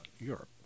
Europe